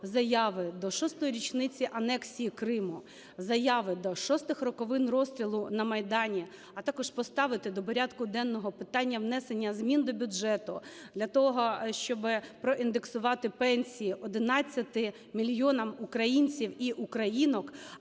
заяви до шостої річниці анексії Криму, заяви до шостих роковин розстрілу на Майдані, а також поставити до порядку денного питання внесення змін до бюджету для того, щоби проіндексувати пенсії 11 мільйонам українців і українок,